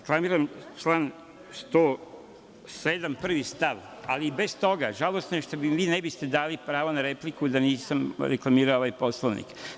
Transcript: Reklamiram član 107. prvi stav, ali i bez toga, žalosno je što mi vi ne biste dali pravo na repliku da nisam reklamirao ovaj Poslovnik.